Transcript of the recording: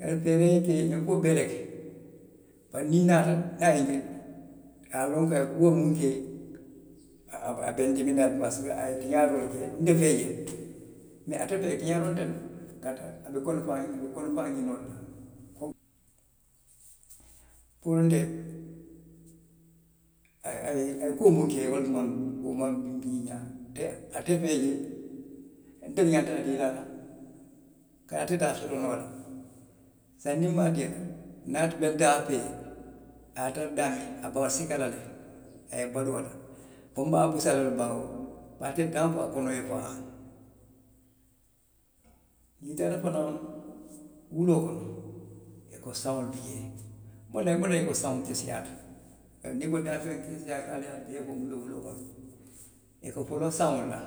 A ye feeree ke, kuo bee le ke bari niŋ n naata niŋ a ye n je a ye a loŋ a ye kuo miŋ ke, a be n dimiŋ na le pasiko a ye tiñaaroo le ke nte fee, bari ate fee tiñaaroo nteŋ de kaatu a be kono faa ñiŋo la, puru nte a ye kuo miŋ ke wo le maŋ ñiiñaa ate feejee nte ñanta a dii a la kaatu ate te a soto noo la saayiŋ niŋ n maŋ dii a la, niŋ ate benta a fee, a ye a tara daamiŋ, a be a sika la le, a ye baluu a la, fo n be a busa la le baŋ ate danko a konoo ye faa. Niŋ i taata fanaŋ wuloo kono, i ko saŋo bi jee, munne ye a tinna i ko saŋo keseyaata, niŋ i ko daafeŋolu keseyaata, i ka foloo saŋo le la,